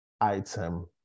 item